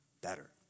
better